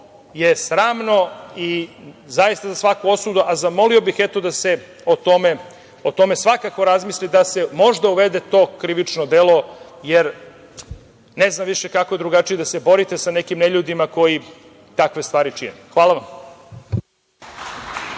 je sramno i zaista za svaku osudu. Zamolio bih da se o tome razmisli, da se možda uvede to krivično delo, jer ne znam više kako drugačije da se borite sa nekim neljudima koji takve stvari čine. Hvala vam.